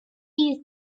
you